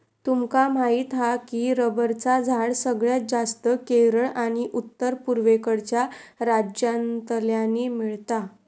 तुमका माहीत हा की रबरचा झाड सगळ्यात जास्तं केरळ आणि उत्तर पुर्वेकडच्या राज्यांतल्यानी मिळता